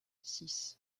six